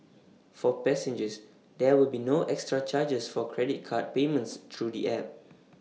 for passengers there will be no extra charges for credit card payments through the app